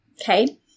Okay